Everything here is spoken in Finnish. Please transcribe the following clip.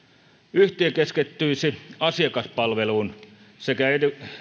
yhtiö keskittyisi asiakaspalveluun sekä